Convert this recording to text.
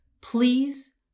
please